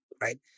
right